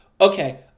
Okay